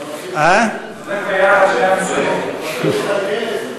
זה הולך ביחד, שני המשרדים?